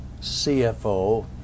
CFO